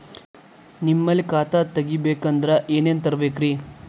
ನಿಮ್ಮಲ್ಲಿ ಖಾತಾ ತೆಗಿಬೇಕಂದ್ರ ಏನೇನ ತರಬೇಕ್ರಿ?